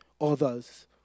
others